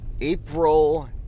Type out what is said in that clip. April